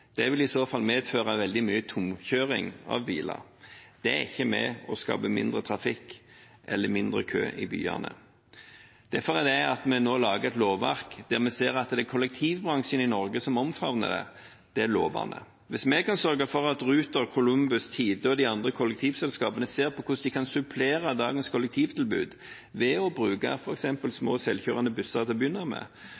Det vil i så fall medføre veldig mye tomkjøring av biler. Det er ikke med på å skape mindre trafikk eller mindre kø i byene. Derfor lager vi nå et lovverk der det er kollektivbransjen i Norge som omfavner lovene. Hvis vi kan sørge for at Ruter, Kolumbus, Tide og de andre kollektivselskapene ser på hvordan de til å begynne med kan supplere dagens kollektivtilbud ved å bruke